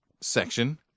section